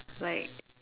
like